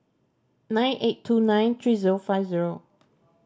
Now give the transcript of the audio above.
nine eight two nine three zero five zero